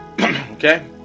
Okay